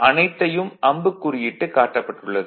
அனைத்தையும் அம்புக் குறியிட்டு காட்டப்பட்டுள்ளது